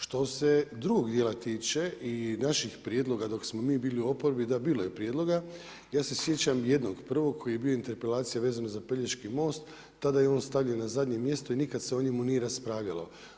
Što se drugog dijela tiče i naših prijedloga dok smo mi bili u oporbi, da bilo je prijedloga, ja se sjećam, jednog, prvog koji je bio interpelacija, vezano za … most, tada je on stavljen na zadnje mjesto i nikada se o njemu nije raspravljalo.